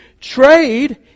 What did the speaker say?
trade